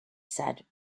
said